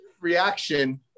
reaction